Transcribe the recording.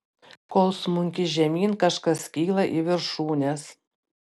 kol smunki žemyn kažkas kyla į viršūnes